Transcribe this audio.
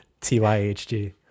T-Y-H-G